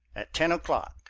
at ten o'clock.